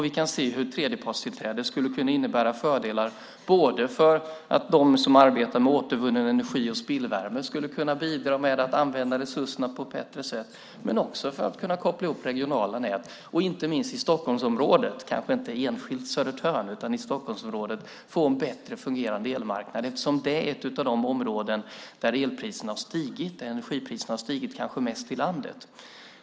Vi kan se hur tredjepartstillträde skulle kunna innebära fördelar både för att de som arbetar med återvunnen energi och spillvärme kan bidra med att använda resurserna på ett bättre sätt och för att kunna koppla ihop regionala nät för att inte minst i Stockholmsområdet - kanske inte enskilt Södertörn - få en bättre fungerande elmarknad, eftersom det är ett av de områden där elpriserna och energipriserna har stigit kanske mest i landet.